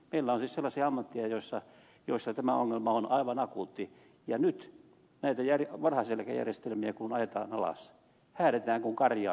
meillä on siis sellaisia ammatteja joissa tämä ongelma on aivan akuutti ja nyt näitä varhaiseläkejärjestelmiä kun ajetaan alas häädetään kuin karjaa tätä väkeä